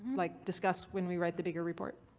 like discuss when we write the bigger report?